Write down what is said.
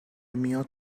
میاد